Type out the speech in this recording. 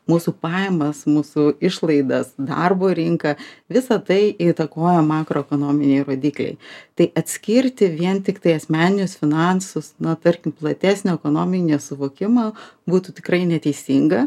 mūsų pajamas mūsų išlaidas darbo rinką visa tai įtakoja makroekonominiai rodikliai tai atskirti vien tiktai asmeninius finansus nuo tarkim platesnio ekonominio suvokimo būtų tikrai neteisinga